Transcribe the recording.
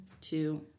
two